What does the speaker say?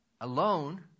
alone